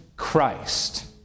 Christ